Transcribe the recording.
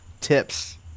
tips